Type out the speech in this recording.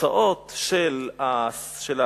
התוצאות של הסטטיסטיקות,